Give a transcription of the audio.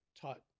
taught